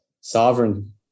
sovereign